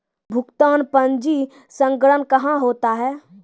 भुगतान पंजी संग्रह कहां होता हैं?